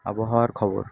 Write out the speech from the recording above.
আবহাওয়ার খবর